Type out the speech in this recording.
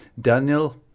Daniel